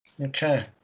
okay